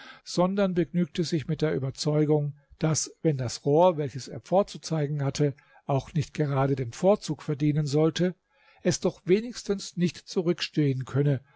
sondern begnügte sich mit der überzeugung daß wenn das rohr welches er vorzuzeigen hatte auch nicht gerade den vorzug verdienen sollte es doch wenigstens nicht zurückstehen könne